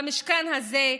במשכן הזה,